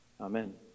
Amen